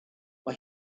mae